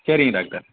சரிங்க டாக்டர்